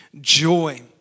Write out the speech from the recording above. joy